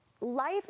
life